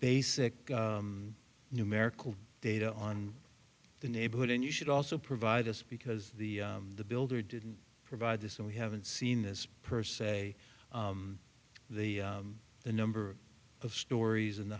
basic numerical data on the neighborhood and you should also provide us because the the builder didn't provide this and we haven't seen this per se the the number of stories